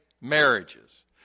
marriages